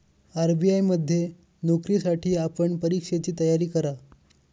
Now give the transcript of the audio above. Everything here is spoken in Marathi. आर.बी.आय मध्ये नोकरीसाठी आपण परीक्षेची तयारी करा